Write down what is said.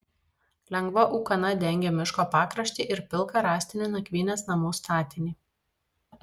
lengva ūkana dengė miško pakraštį ir pilką rąstinį nakvynės namų statinį